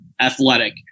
athletic